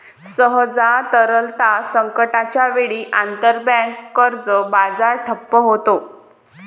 सहसा, तरलता संकटाच्या वेळी, आंतरबँक कर्ज बाजार ठप्प होतो